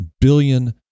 billion